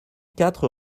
quatre